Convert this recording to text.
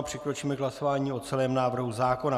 Přikročíme k hlasování o celém návrhu zákona.